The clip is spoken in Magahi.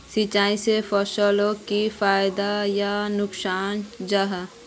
सिंचाई से फसलोक की फायदा या नुकसान जाहा?